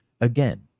again